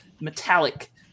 metallic